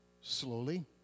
slowly